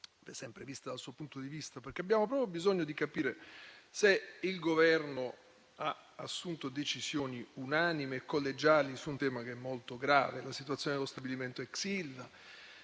sempre dal suo punto di vista, perché abbiamo proprio bisogno di capire se il Governo ha assunto decisioni unanimi e collegiali su un tema che è molto grave come la situazione dello stabilimento ex